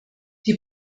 die